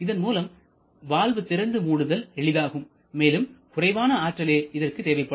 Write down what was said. இதன் மூலம் வால்வு திறந்து மூடுதல் எளிதாகும் மேலும் குறைவான ஆற்றலே இதற்கு தேவைப்படும்